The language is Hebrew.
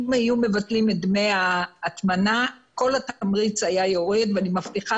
אם היו מבטלים את דמי ההטמנה כל התמריץ היה יורד ואני מבטיחה